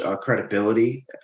credibility